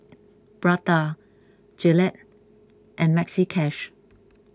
Prada Gillette and Maxi Cash